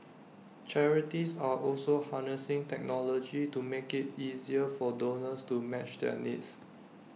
charities are also harnessing technology to make IT easier for donors to match their needs